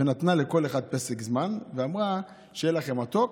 נתנה לכל אחד פסק זמן, ואמרה: שיהיה לכם מתוק,